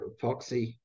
epoxy